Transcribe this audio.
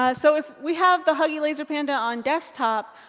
ah so if we have the huggy laser panda on desktop,